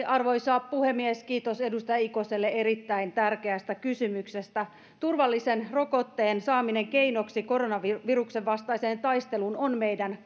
arvoisa puhemies kiitos edustaja ikoselle erittäin tärkeästä kysymyksestä turvallisen rokotteen saaminen keinoksi koronaviruksen vastaiseen taisteluun on meidän